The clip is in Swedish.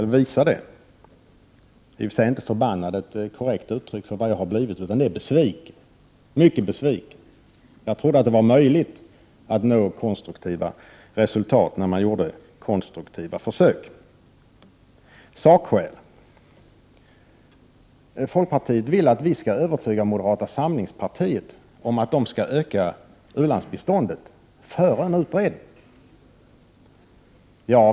I och för sig är förbannad inte korrekt uttryck för vad jag har blivit, utan det är besviken, mycket besviken. Jag trodde att det var möjligt att nå konstruktiva resultat när man gjorde konstruktiva försök. Folkpartiet vill att vi skall övertyga moderata samlingspartiet om att det skall öka u-landsbiståndet, före en utredning.